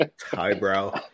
Highbrow